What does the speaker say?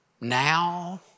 now